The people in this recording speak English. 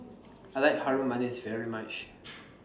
I like Harum Manis very much